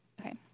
okay